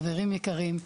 חברים יקרים,